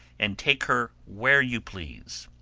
and take her where you please.